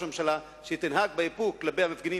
הממשלה אם תנהג באיפוק כלפי המפגינים,